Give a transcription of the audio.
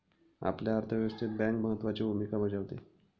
आपल्या अर्थव्यवस्थेत बँक महत्त्वाची भूमिका बजावते